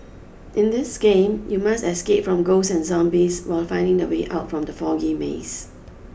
in this game you must escape from ghosts and zombies while finding the way out from the foggy maze